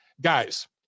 Guys